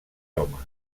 home